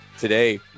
today